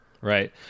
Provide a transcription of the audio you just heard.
Right